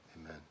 Amen